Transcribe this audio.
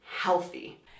healthy